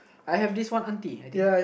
I have this one auntie I think